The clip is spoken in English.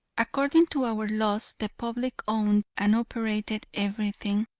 according to our laws the public owned and operated everything,